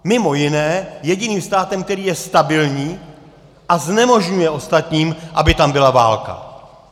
Mimo jiné jediným státem, který je stabilní a znemožňuje ostatním, aby tam byla válka.